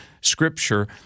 scripture